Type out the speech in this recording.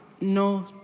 no